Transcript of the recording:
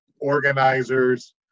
organizers